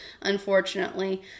unfortunately